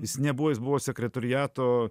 jis nebuvo jis buvo sekretoriato